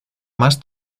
más